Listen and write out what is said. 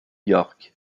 york